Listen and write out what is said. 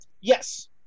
Yes